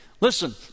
Listen